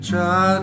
Try